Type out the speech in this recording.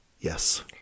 yes